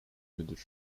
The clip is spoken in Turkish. müdür